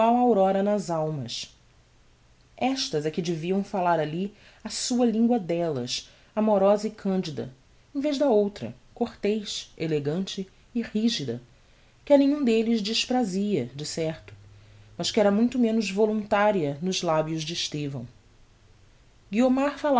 aurora nas almas estas é que deviam falar alli a sua lingua dellas amorosa e candida em vez da outra cortez elegante e rigida que a nenhum delles desprazia de certo mas que era muito menos volontaria nos labios de estevão guiomar